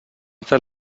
fet